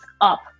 up